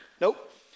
nope